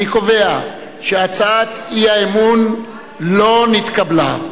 אני קובע שהצעת האי-אמון לא נתקבלה.